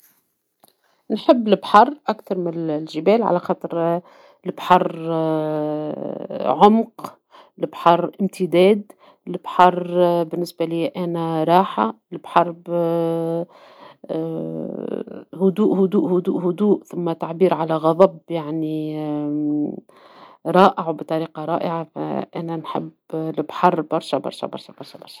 نحب البحر أكثر من الجبال على خاطر البحر عمق البحر امتداد البحر بالنسبة ليا أنا راحة ، البحر هدوء هدوء هدوء هدوء فما تعبير على غضب يعني رائع وبطريقة رائعة ، انا نحب البحر برشا برشا برشا برشا